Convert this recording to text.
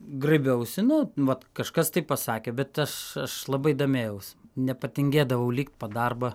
graibiausi nu vat kažkas tai pasakė bet aš aš labai domėjaus nepatingėdavau likt po darbą